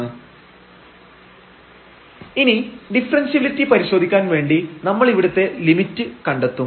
lim┬xy→00 √xy 0 fxlim┬Δx→0 fΔx 0 f00Δx0 fylim┬Δy→0 f0Δy f00Δy0 ഇനി differentiability പരിശോധിക്കാൻ വേണ്ടി നമ്മൾ ഇവിടുത്തെ ലിമിറ്റ് കണ്ടെത്തും